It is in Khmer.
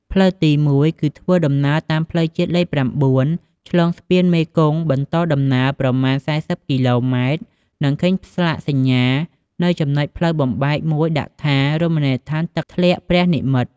ផ្លូវទី១ គឺធ្វើដំណើរតាមផ្លូវជាតិលេខ៩ ឆ្លងស្ពានមេគង្គបន្តដំណើរ ប្រមាណ៤០គីឡូម៉ែត្រ នឹងឃើញស្លាកសញ្ញា នៅចំណុចផ្លូវបំបែកមួយដាក់ថា “រមណីយដ្ឋានទឹកធ្លាក់ព្រះនិមិ្មត” ។